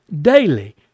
Daily